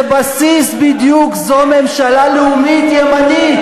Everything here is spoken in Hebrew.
על איזה בסיס בדיוק זו ממשלה לאומית-ימנית?